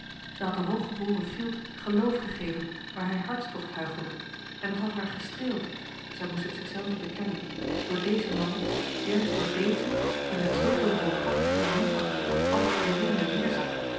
had den hooggeboren fielt geloof gegeven waar hij hartstocht huichelde en het had haar gestreeld zij moest het zich zelve bekennen door dezen man juist door dezen die met zooveel hooghartige minachting op al het omringende neerzag